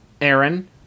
Aaron